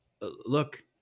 look